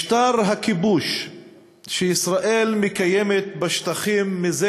משטר הכיבוש שישראל מקיימת בשטחים מזה